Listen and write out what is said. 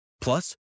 Plus